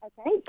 Okay